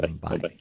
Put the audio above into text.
Bye